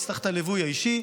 יצטרך את הליווי האישי.